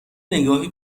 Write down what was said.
نگاهی